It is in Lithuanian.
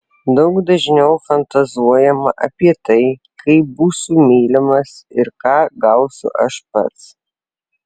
daug dažniau fantazuojama apie tai kaip būsiu mylimas ir ką gausiu aš pats